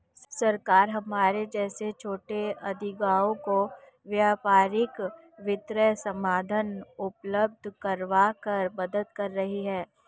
सरकार हमारे जैसे छोटे उद्योगों को व्यापारिक वित्तीय साधन उपल्ब्ध करवाकर मदद कर रही है